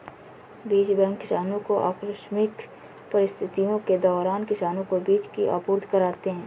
बीज बैंक किसानो को आकस्मिक परिस्थितियों के दौरान किसानो को बीज की आपूर्ति कराते है